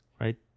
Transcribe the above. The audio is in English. Right